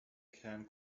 can